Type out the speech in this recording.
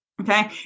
Okay